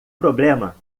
problema